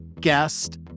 guest